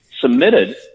submitted